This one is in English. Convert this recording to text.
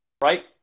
right